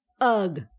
Ugh